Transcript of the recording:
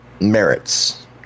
merits